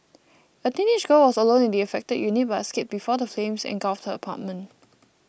a teenage girl was alone in the affected unit but escaped before the flames engulfed her apartment